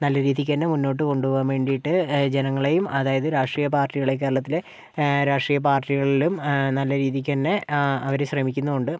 നല്ല രീതിക്ക് തന്നെ മുന്നോട്ട് കൊണ്ടുപോകാൻ വേണ്ടിയിട്ട് ജനങ്ങളെയും അതായത് രാഷ്ട്രീയ പാർട്ടികളെ കേരളത്തിലെ രാഷ്ട്രീയ പാർട്ടികളിലും നല്ല രീതിക്ക് തന്നെ അവര് ശ്രമിക്കുന്നും ഉണ്ട്